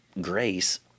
grace